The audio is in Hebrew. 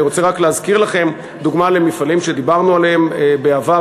אני רק רוצה להזכיר לכם לדוגמה מפעלים שדיברנו עליהם בעבר,